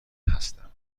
هستند